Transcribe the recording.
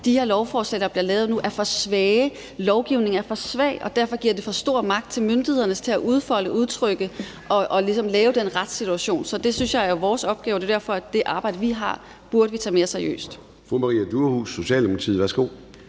de her lovforslag, der bliver lavet nu, er for svage, lovgivningen er for svag, og derfor giver det for stor magt til myndighederne til at udfolde, udtrykke og ligesom lave den retssituation. Så det synes jeg er vores opgave, og det er derfor, at det arbejde, vi har, burde vi tage mere seriøst.